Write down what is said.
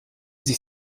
sich